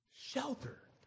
shelter